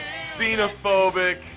xenophobic